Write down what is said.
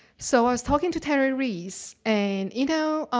so i was talking to terry reese, and you know,